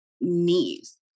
knees